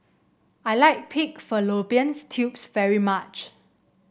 I like Pig Fallopian Tubes very much